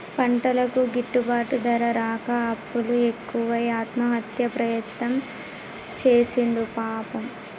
పంటలకు గిట్టుబాటు ధర రాక అప్పులు ఎక్కువై ఆత్మహత్య ప్రయత్నం చేసిండు పాపం